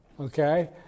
Okay